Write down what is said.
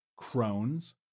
Crohn's